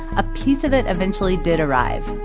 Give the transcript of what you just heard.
a piece of it eventually did arrive.